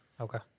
Okay